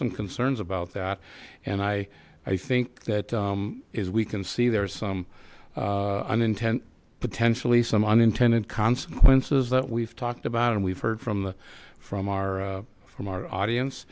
some concerns about that and i i think that is we can see there are some unintended potentially some unintended consequences that we've talked about and we've heard from from our from our audience